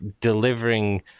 delivering